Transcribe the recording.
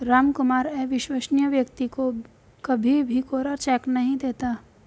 रामकुमार अविश्वसनीय व्यक्ति को कभी भी कोरा चेक नहीं देता